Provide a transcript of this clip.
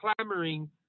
clamoring